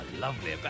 lovely